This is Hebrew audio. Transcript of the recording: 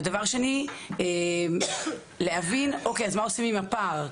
דבר שני, להבין מה עושים עם הפער?